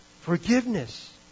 forgiveness